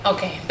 Okay